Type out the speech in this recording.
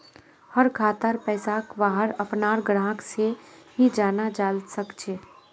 हर खातार पैसाक वहार अपनार ग्राहक से ही जाना जाल सकछे